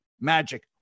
Magic